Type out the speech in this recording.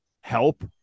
help